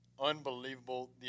Unbelievable